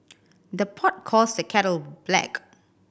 the pot calls the kettle black